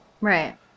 Right